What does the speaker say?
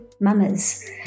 mamas